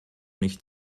nicht